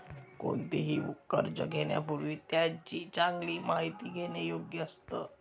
कोणतेही कर्ज घेण्यापूर्वी त्याची चांगली माहिती घेणे योग्य असतं